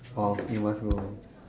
oh you must go again